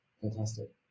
Fantastic